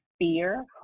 fear